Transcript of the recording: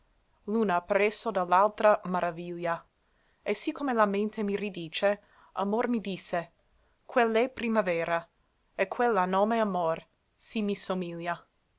l'una appresso de l'altra maraviglia e sì come la mente mi ridice amor mi disse quell'è primavera e quell'ha nome amor sì mi somiglia